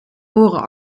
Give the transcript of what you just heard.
oren